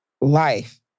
life